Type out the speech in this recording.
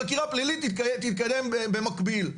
חקירה פלילית תתקדם במקביל.